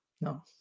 No